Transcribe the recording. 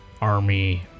army